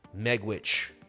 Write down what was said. Megwitch